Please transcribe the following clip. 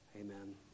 amen